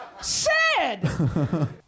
Sad